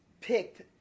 picked